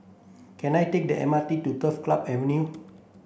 can I take the M R T to Turf Club Avenue